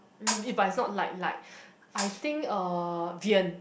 eh but it's not light light I think uh Vian